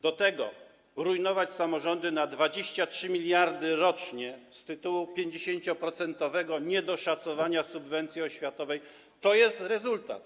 Do tego rujnować samorządy na 23 mld rocznie z tytułu 50-procentowego niedoszacowania subwencji oświatowej to jest rezultat.